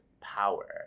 power